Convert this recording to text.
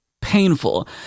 painful